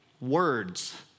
Words